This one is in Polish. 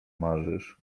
marzysz